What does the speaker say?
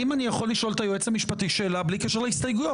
האם אני יכול לשאול את היועץ המשפטי שאלה בלי קשר להסתייגויות?